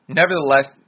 nevertheless